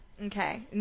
Okay